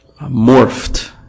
morphed